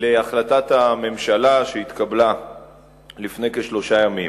להחלטת הממשלה שהתקבלה לפני כשלושה ימים.